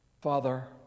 Father